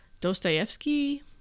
Dostoevsky